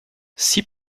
six